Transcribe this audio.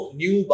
new